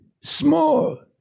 small